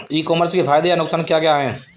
ई commerce के फायदे या नुकसान क्या क्या हैं?